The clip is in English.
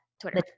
Twitter